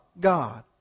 God